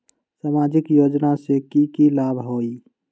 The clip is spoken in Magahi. सामाजिक योजना से की की लाभ होई?